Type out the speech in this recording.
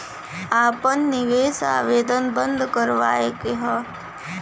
आपन निवेश आवेदन बन्द करावे के हौ?